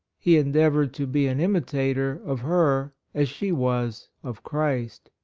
he endeavored to be an imitator of her as she was of christ.